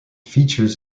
features